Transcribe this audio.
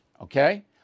Okay